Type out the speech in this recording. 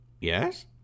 Yes